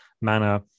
manner